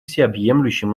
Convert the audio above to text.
всеобъемлющим